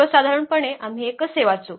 सर्वसाधारणपणे आम्ही हे कसे वाचू